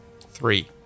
Three